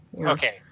Okay